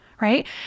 right